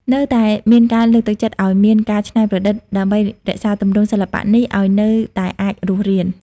នៅតែមានការលើកទឹកចិត្តឱ្យមាន ការច្នៃប្រឌិត ដើម្បីរក្សាទម្រង់សិល្បៈនេះឱ្យនៅតែអាចរស់រាន។